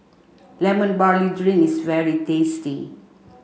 lemon barley drink is very tasty